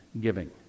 giving